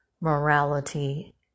morality